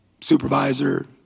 supervisor